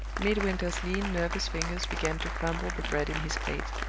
midwinter's lean, nervous fingers began to crumble the bread in his plate.